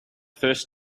first